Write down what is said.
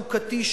החוקתי,